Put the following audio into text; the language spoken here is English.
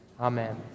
Amen